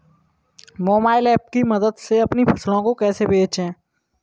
Mobile app की मदद से अपनी फसलों को कैसे बेचें?